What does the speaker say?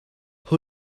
who